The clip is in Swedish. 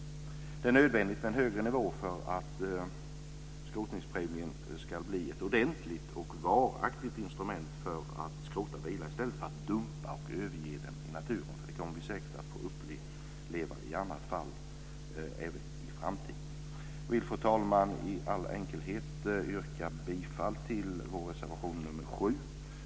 Det är nödvändigt med en högre nivå för att skrotningspremien ska bli ett ordentligt och varaktigt instrument för att skrota bilar i stället för att dumpa och överge dem i naturen, vilket vi säkert kommer att få uppleva i alla fall även i framtiden. Jag vill, fru talman, i all enkelhet yrka bifall till vår reservation nr 7.